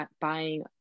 buying